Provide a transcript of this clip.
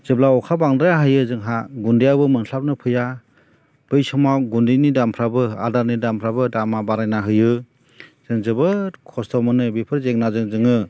जेब्ला अखा बांद्राय हायो जोंहा गुन्दैयाबो मोनस्लाबनो फैया बै समाव गुन्दैनि दामफ्राबो आदारनि दामफ्राबो दामा बारायनानै होयो जों जोबोद खस्थ' मोनो बेफोर जेंनाजों जोङो